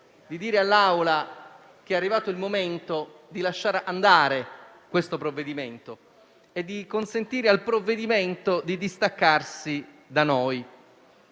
di dire all'Assemblea che è arrivato il momento di lasciare andare questo provvedimento e di consentirgli di distaccarsi da noi.